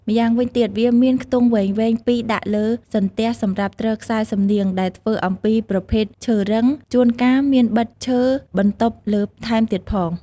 ម្យ៉ាងវិញទៀត វាមានខ្ទង់វែងៗ២ដាក់លើសន្ទះសំរាប់ទ្រខ្សែសំនៀង ដែលធ្វើអំពីប្រភេទឈើរឹង ជួនកាលមានបិទឆ្អឹងបន្ដុបលើថែមទៀតផង។